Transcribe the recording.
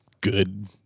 good